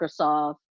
Microsoft